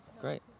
great